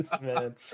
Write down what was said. man